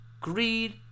greed